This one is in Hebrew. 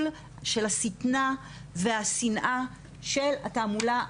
של השטנה והשנאה של התעמולה הנאצית,